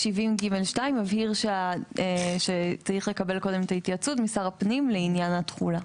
מבהיר שצריך קודם לקבל התייעצות משר הפנים לעניין התכולה.